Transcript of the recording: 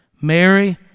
Mary